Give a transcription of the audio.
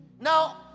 Now